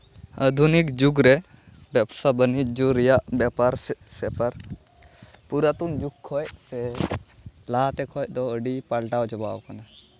ᱟᱹᱫᱷᱩᱱᱤᱠ ᱡᱩᱜᱽ ᱨᱮ ᱵᱮᱵᱽᱥᱟᱼᱵᱟᱱᱤᱡᱡᱚ ᱨᱮᱭᱟᱜ ᱵᱮᱯᱟᱨ ᱥᱮᱯᱟᱨ ᱯᱩᱨᱟᱛᱚᱱ ᱡᱩᱜᱽ ᱠᱷᱚᱱ ᱥᱮ ᱞᱟᱦᱟᱛᱮ ᱠᱷᱚᱱ ᱫᱚ ᱟᱹᱰᱤ ᱯᱟᱞᱴᱟᱣ ᱪᱟᱵᱟ ᱟᱠᱟᱱᱟ